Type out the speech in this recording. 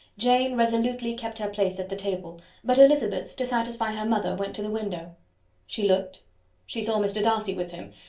jane resolutely kept her place at the table but elizabeth, to satisfy her mother, went to the window she looked she saw mr. darcy with him,